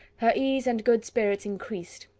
her ease and good spirits increased.